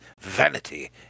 vanity